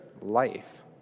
life